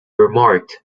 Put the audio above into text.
remarked